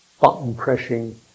button-pressing